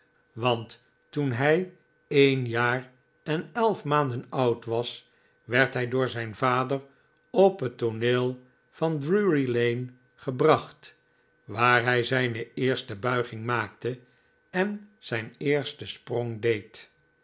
want toen hij een jaar en elf maanden oud was werd hij door zijn vader op het tooneel van drury-lane gebracht waar hij zijne eerste buiging maakte en zijn eersten sprong deed